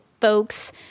folks